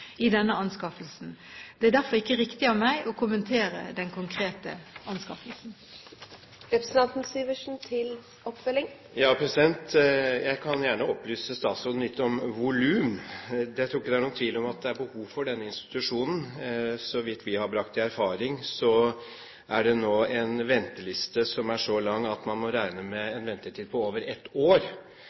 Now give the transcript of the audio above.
i denne anskaffelsen. Det er derfor ikke riktig av meg å kommentere den konkrete anskaffelsen. Jeg kan gjerne opplyse statsråden litt om volum. Jeg tror ikke det er noe tvil om at det er behov for denne institusjonen. Så vidt vi har brakt i erfaring, er det nå en venteliste som er så lang at man må regne med en ventetid på over ett år